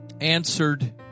answered